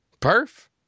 Perf